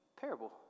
Parable